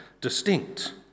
distinct